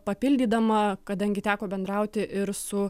papildydama kadangi teko bendrauti ir su